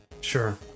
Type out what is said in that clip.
Sure